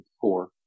four